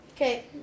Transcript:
Okay